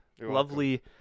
lovely